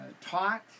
taught